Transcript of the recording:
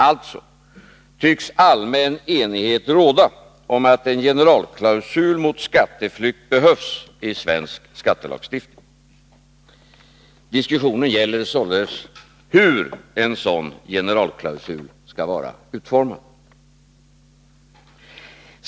Alltså tycks allmän enighet råda om att en generalklausul mot skatteflykt behövs i svensk skattelagstiftning. Diskussionen gäller således hur en sådan generalklausul skall vara utformad.